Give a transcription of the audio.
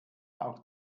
auch